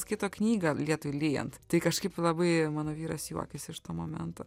skaito knygą lietui lyjant tai kažkaip labai mano vyras juokėsi iš to momento